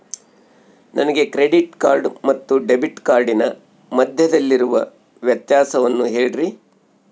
ನನಗೆ credit card ಮತ್ತು debit ಕಾರ್ಡಿನ ಮಧ್ಯದಲ್ಲಿರುವ ವ್ಯತ್ಯಾಸವನ್ನು ಹೇಳ್ರಿ?